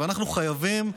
אנחנו חייבים,